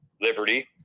Liberty